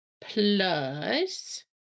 plus